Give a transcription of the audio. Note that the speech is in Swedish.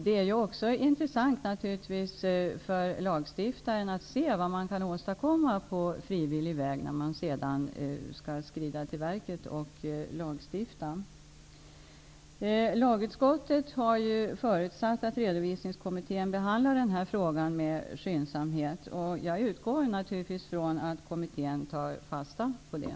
Det är naturligtvis också intressant för lagstiftaren, när man sedan skall skrida till verket och lagstifta, att se vad som kan åstadkommas på frivillig väg. Lagutskottet har ju förutsatt att Redovisningskommittén behandlar den här frågan med skyndsamhet. Jag utgår naturligtvis från att kommittén tar fasta på det.